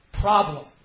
problem